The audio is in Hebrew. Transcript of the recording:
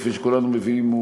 כפי שכולנו מבינים,